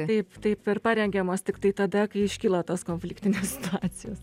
taip taip ir parengiamos tiktai tada kai iškyla tos konfliktinės situacijos